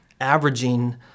Averaging